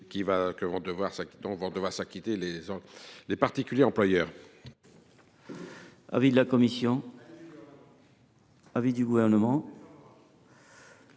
dont vont devoir s’acquitter les particuliers employeurs.